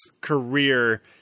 career